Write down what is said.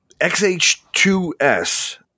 XH2S